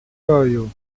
boju